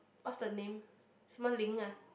what's the name 什么 Ling ah